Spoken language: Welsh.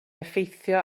effeithio